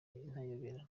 intayoberana